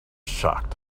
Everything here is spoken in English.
shocked